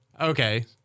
Okay